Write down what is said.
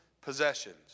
possessions